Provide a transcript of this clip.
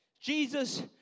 Jesus